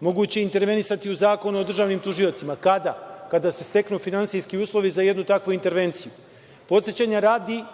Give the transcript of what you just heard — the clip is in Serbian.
moguće je intervenisati u Zakonu o državnim tužiocima. Kada? Kada se steknu finansijski uslovi za jednu takvu intervenciju. Podsećanja radi,